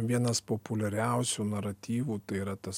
vienas populiariausių naratyvų tai yra tas